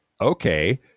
okay